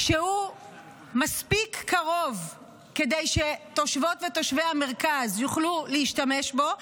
שהוא מספיק קרוב כדי שתושבות ותושבי המרכז יוכלו להשתמש בו,